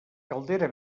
caldera